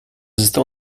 estão